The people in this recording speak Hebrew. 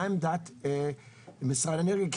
מה עמדת משרד האנרגיה?